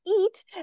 eat